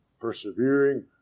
persevering